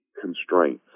constraints